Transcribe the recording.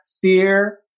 fear